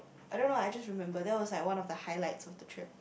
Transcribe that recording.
I don't know I just remember that was like one of the highlights of the trip